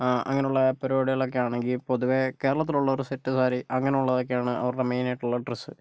അങ്ങനെയുള്ള പരിപാടികൾ ഒക്കെ ആണെങ്കിൽ പൊതുവേ കേരളത്തിലുള്ളവര് സെറ്റ് സാരി അങ്ങനെയുള്ളതൊക്കെയാണ് അവരുടെ മെയിൻ ആയിട്ടുള്ള ഡ്രസ്